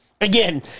Again